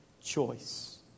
choice